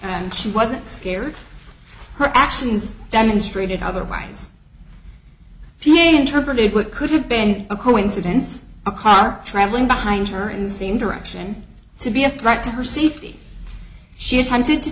that she wasn't scared her actions demonstrated otherwise p a a interpreted what could have been a coincidence a car traveling behind her in same direction to be a threat to her safety she attempted to